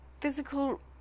physical